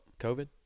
COVID